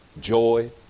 joy